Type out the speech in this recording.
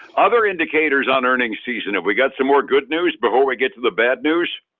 other indicators on earnings season have we got some more good news before we get to the bad news?